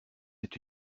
êtes